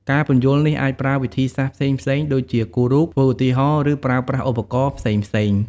ការពន្យល់នេះអាចប្រើវិធីសាស្ត្រផ្សេងៗ ដូចជាគូររូប ធ្វើឧទាហរណ៍ ឬប្រើប្រាស់ឧបករណ៍ផ្សេងៗ។